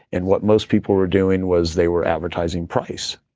and what most people were doing was, they were advertising price.